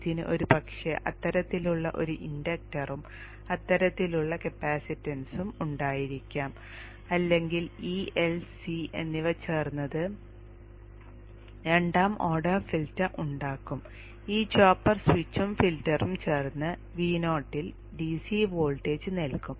ഇതിന് ഒരുപക്ഷേ അത്തരത്തിലുള്ള ഒരു ഇൻഡക്ടറും അത്തരത്തിലുള്ള കപ്പാസിറ്റൻസും ഉണ്ടായിരിക്കാം അല്ലെങ്കിൽ ഈ L C എന്നിവ ചേർന്ന് രണ്ടാം ഓർഡർ ഫിൽട്ടർ ഉണ്ടാക്കും ഈ ചോപ്പർ സ്വിച്ചും ഫിൽട്ടറും ചേർന്ന് Vo ൽ ഒരു DC വോൾട്ടേജ് നൽകും